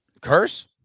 Curse